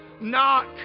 knock